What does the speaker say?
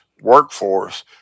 workforce